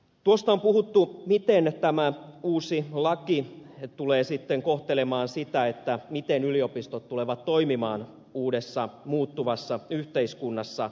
tuosta on puhuttu miten tämä uusi laki tulee sitten kohtelemaan sitä miten yliopistot tulevat toimimaan uudessa muuttuvassa yhteiskunnassa